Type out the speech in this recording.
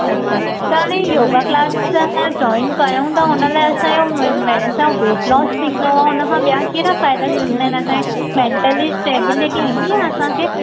अछा त हाणे योगा क्लास जे असां जोइन कयूं त हुन लाइ असांजो असां वेट लोस थींदो आहे हुनखां ॿिया कहिड़ा फ़ाइदा आहिनि जीअं असां मैन आहे असांजे मेंटिली स्टेबिलीटी ईंदी आहे असांखे